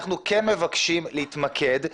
אנחנו כן מבקשים להתמקד,